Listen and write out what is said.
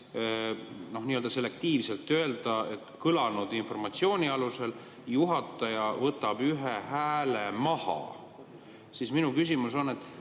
nii-öelda selektiivselt öelda – nii, et kõlanud informatsiooni alusel juhataja võtab ühe hääle maha. Minu küsimus on, et